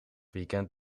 weekend